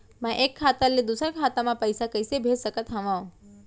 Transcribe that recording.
मैं एक खाता ले दूसर खाता मा पइसा कइसे भेज सकत हओं?